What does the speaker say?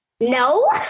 No